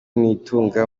nitunga